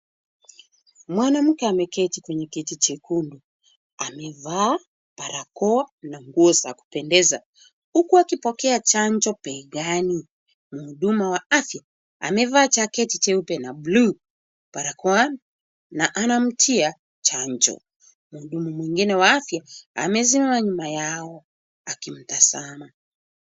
Mwanamke ameketi kwenye kiti chekundu, amevaa barakoa na nguo za kupendeza, huku akipokea chanjo begani, mhudumu wa afya amevaa jaketi nyeupe na bluu, barakoa na anamtia chanjo, mhudumu mwingine wa afya amesimama nyuma yao akimtazama.